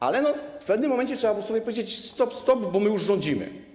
Ale w pewnym momencie trzeba było sobie powiedzieć: stop, stop, bo my już rządzimy.